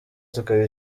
tukaba